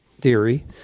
theory